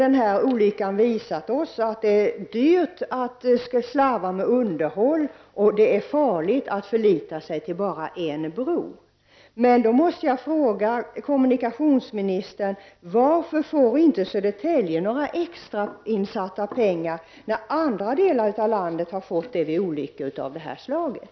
Den här olyckan har visat oss att det är dyrt att slarva med underhåll och att det är farligt att förlita sig bara till en bro. Då måste jag fråga kommunikationsministern: Varför får inte Södertälje några extrainsatta pengar när andra delar av landet fått det vid olyckor av det här slaget?